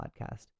podcast